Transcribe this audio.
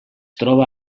troba